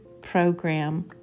program